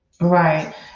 right